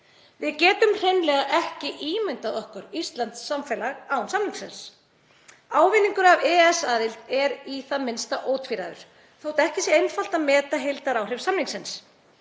Við getum hreinlega ekki ímyndað okkur íslenskt samfélag án samningsins. Ávinningur af EES-aðild er í það minnsta ótvíræður þótt ekki sé einfalt að meta heildaráhrif samningsins.